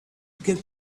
get